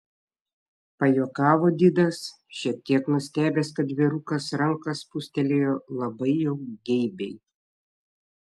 pajuokavo didas šiek tiek nustebęs kad vyrukas ranką spūstelėjo labai jau geibiai